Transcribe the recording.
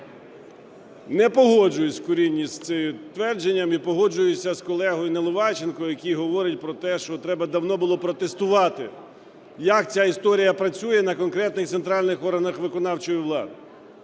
Не погоджуюсь в корені з цим твердженням, і погоджуюся з колегою Наливайченком, який говорить про те, що треба давно було протестувати, як ця історія працює на конкретних центральних органах виконавчої влади.